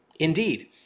Indeed